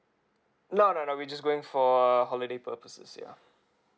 no no no we just going for err holiday purposes ya